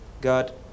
God